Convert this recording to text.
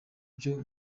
byo